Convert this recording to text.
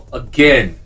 again